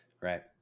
right